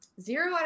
Zero